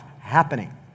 happening